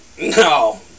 No